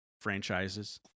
franchises